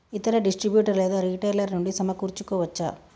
ఇతర డిస్ట్రిబ్యూటర్ లేదా రిటైలర్ నుండి సమకూర్చుకోవచ్చా?